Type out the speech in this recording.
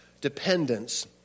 dependence